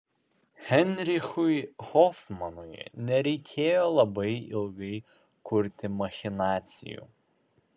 heinrichui hofmanui nereikėjo labai ilgai kurti machinacijų